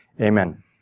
Amen